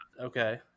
Okay